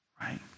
right